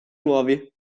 nuovi